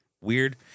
weird